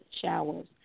showers